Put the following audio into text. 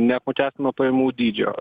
neapmokestino pajamų dydžio